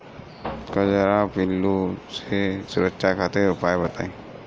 कजरा पिल्लू से सुरक्षा खातिर उपाय बताई?